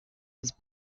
was